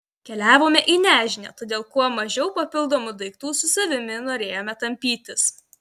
keliavome į nežinią todėl kuo mažiau papildomų daiktų su savimi norėjome tampytis